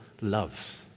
loves